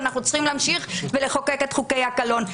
אנחנו צריכים להמשיך ולחוקק את חוקי הקלון.